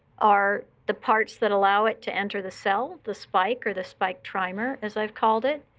are the parts that allow it to enter the cell, the spike or the spike trimer, as i've called it.